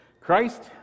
Christ